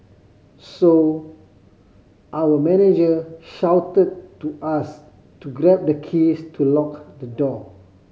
so our manager shouted to us to grab the keys to lock the door